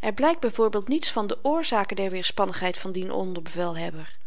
er blykt byv niets van de oorzaken der weerspannigheid van dien onderbevelhebber